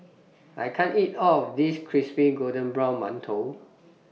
I can't eat All of This Crispy Golden Brown mantou